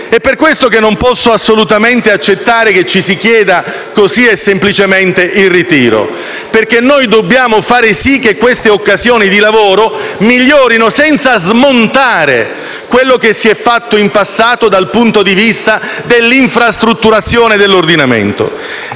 È per questo che non posso assolutamente accettare che ci si chieda semplicemente il ritiro dell'emendamento, perché noi dobbiamo far sì che queste occasioni di lavoro migliorino, senza smontare quello che si è fatto in passato dal punto di vista dell'infrastrutturazione dell'ordinamento.